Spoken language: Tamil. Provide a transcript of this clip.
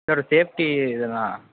சார் சேஃப்ட்டி இதெல்லாம்